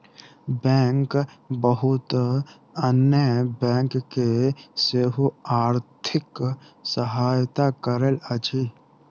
bank बहुत अन्य bank के सेहो आर्थिक सहायता करैत अछि